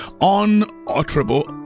unutterable